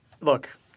Look